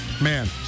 Man